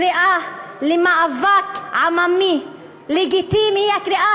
הקריאה למאבק עממי לגיטימי היא הקריאה